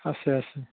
আছে আছে